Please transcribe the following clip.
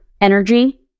energy